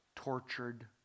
Tortured